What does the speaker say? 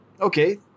Okay